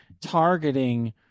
targeting